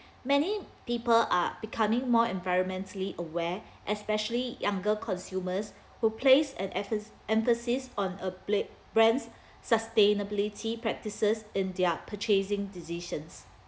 many people are becoming more environmentally aware especially younger consumers who place an emphasis on a bl~ brands sustainability practices in their purchasing decisions